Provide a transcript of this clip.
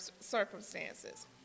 circumstances